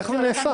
איך זה נעשה?